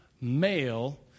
male